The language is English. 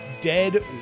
dead